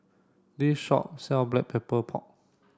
this shop sell black pepper pork